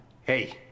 Hey